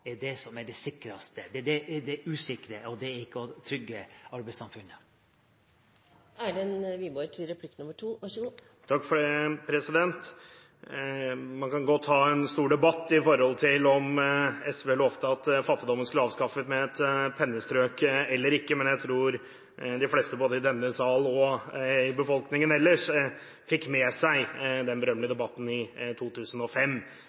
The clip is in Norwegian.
trygge arbeidssamfunnet. Man kan godt ha en stor debatt om hvorvidt SV lovte at fattigdommen skulle avskaffes med et pennestrøk eller ikke, men jeg tror de fleste, både i denne salen og i befolkningen ellers, fikk med seg den berømmelige debatten i 2005.